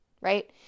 right